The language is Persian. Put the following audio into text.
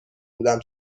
بودم